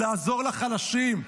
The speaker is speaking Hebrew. לעזור לחלשים.